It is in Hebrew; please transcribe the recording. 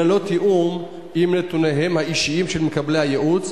ללא תיאום עם נתוניהם האישיים של מקבלי הייעוץ,